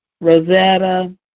Rosetta